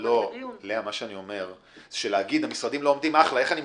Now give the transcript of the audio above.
אני צריך להגיש קבלה וגם להראות להם הוכחה מאמצעי